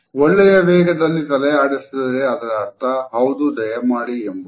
" ಒಳ್ಳೆಯ ವೇಗದಲ್ಲಿ ತಲೆ ಆಡಿಸಿದರೆ ಅದರ ಅರ್ಥ " ಹೌದು ದಯಮಾಡಿ" ಎಂಬುದು